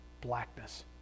blackness